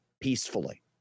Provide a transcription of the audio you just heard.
peacefully